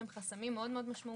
הם חסמים מאוד מאוד משמעותיים